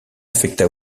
affecta